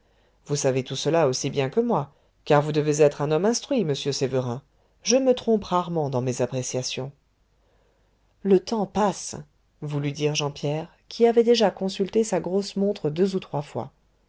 vous savez tout cela aussi bien que moi car vous devez être un homme instruit monsieur sévérin je me trompe rarement dans mes appréciations le temps passe voulut dire jean pierre qui avait déjà consulté sa grosse montre deux ou trois fois